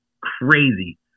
crazy